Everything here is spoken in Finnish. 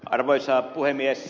arvoisa puhemies